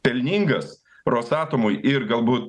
pelningas rosatomui ir galbūt